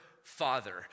Father